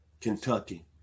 kentucky